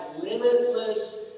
limitless